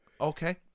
Okay